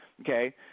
Okay